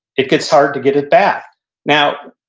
it gets hard to get it back now,